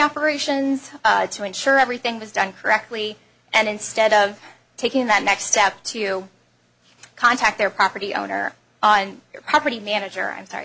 operations to ensure everything was done correctly and instead of taking that next step to contact their property owner on your property manager i'm sorry